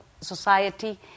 society